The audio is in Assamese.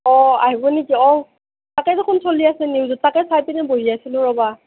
অঁ আহিব নেকি অঁ তাতে দেখোন চলি আছে নিউজ এটা তাকে চাই পেলাই বহি আছিলোঁ ৰ'বা